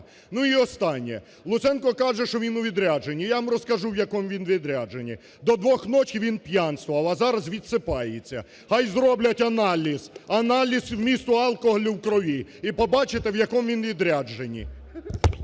Ну і останнє. Луценко каже, що він у відрядженні. Я вам розкажу, в якому він відрядженні. До двох ночі він п'янствував, а зараз відсипається. Хай зроблять аналіз – аналіз вмісту алкоголю в крові і побачите, в якому він відрядженні.